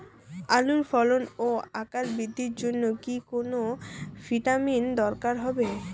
আলুর ফলন ও আকার বৃদ্ধির জন্য কি কোনো ভিটামিন দরকার হবে?